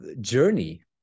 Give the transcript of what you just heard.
journey